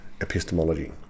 epistemology